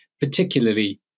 particularly